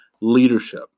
leadership